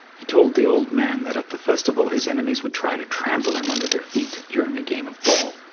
he told the old man that at the festival his enemies would try to trample him under their feet during a game of ball.